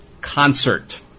concert